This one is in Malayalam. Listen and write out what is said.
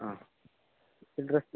അതെ ഡ്രസ്സ്